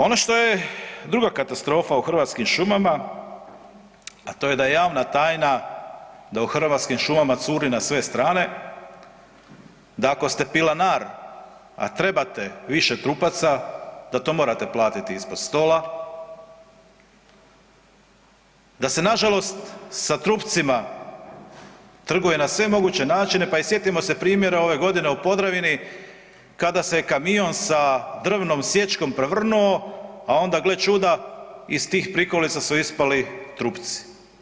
Ono što je druga katastrofa u Hrvatskim šumama, a to je da je javna tajna da u Hrvatskim šumama curi na sve strane, da ako ste pilanar, a trebate više trupaca da to morate platiti ispod stola, da se nažalost sa trupcima trguje na sve moguće načine, pa i sjetimo se primjera ove godine u Podravini kada se kamion sa drvnom sječkom prevrnuo, a onda gle čuda iz tih prikolica su ispali trupci.